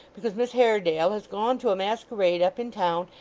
because miss haredale has gone to a masquerade up in town,